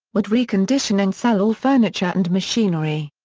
would recondition and sell all furniture and machinery.